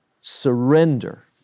surrender